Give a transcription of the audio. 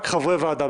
רק חברי הוועדה,